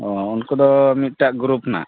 ᱚᱻ ᱩᱱᱠᱩ ᱫᱚ ᱢᱤᱫᱴᱟᱝ ᱜᱩᱨᱩᱯ ᱨᱮᱱᱟᱜ